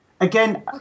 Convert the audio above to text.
Again